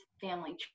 Family